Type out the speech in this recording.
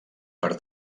per